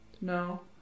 No